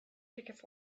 tickets